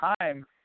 time